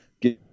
give